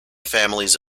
families